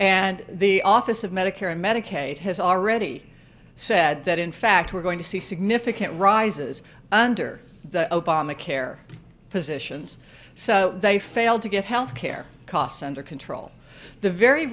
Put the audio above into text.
and the office of medicare and medicaid has already said that in fact we're going to see significant rises under the obama care physicians so they failed to get health care costs under control the very